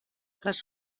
les